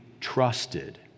trusted